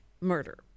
murder